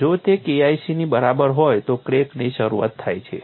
જો તે KIC ની બરાબર હોય તો ક્રેકની શરૂઆત થાય છે